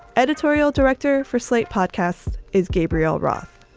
editorial director for slate podcast is gabriel roth,